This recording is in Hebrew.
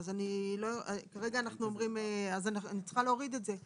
אני צריכה להוריד את זה.